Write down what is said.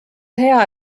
hea